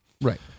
Right